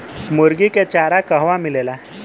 मुर्गी के चारा कहवा मिलेला?